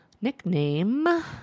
nickname